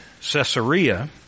Caesarea